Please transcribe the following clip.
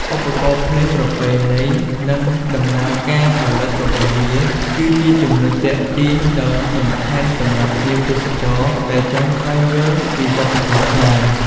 ឧបករណ៍ភ្លេងប្រពៃណី និងដំណើរការផលិតរបស់វា គឺជាចំណុចទាក់ទាញដ៏សំខាន់សម្រាប់ភ្ញៀវទេសចរដែលចង់ស្វែងយល់ពីវប្បធម៌ខ្មែរ